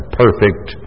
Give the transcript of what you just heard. perfect